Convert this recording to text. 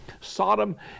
Sodom